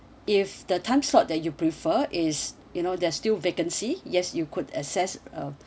if the time slot that you prefer is you know they're still vacancy yes you could access uh